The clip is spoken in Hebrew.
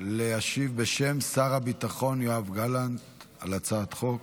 להשיב בשם שר הביטחון יואב גלנט על הצעת החוק.